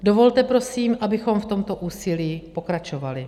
Dovolte prosím, abychom v tomto úsilí pokračovali.